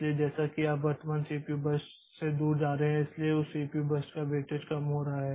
इसलिए जैसा कि आप वर्तमान सीपीयू बर्स्ट से दूर जा रहे हैं इसलिए उस सीपीयू बर्स्ट का वेटेज कम हो रहा है